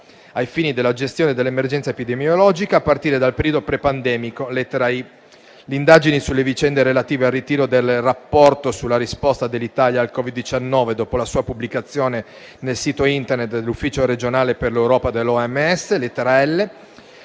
ai fini della gestione dell'emergenza epidemiologica a partire dal periodo pre-pandemico (lettera *i*); l'indagine sulle vicende relative al ritiro del rapporto sulla risposta dell'Italia al Covid-19 dopo la sua pubblicazione nel sito Internet dell'Ufficio regionale per l'Europa dell'OMS (lettera